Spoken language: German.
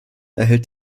erhält